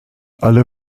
alle